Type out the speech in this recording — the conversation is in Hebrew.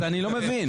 אני לא מבין.